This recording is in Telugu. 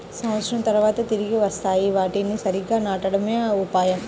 సంవత్సరం తర్వాత తిరిగి వస్తాయి, వాటిని సరిగ్గా నాటడమే ఉపాయం